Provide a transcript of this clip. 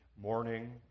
morning